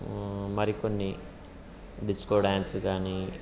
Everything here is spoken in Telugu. మరికొన్ని డిస్కో డ్యాన్స్ కానీ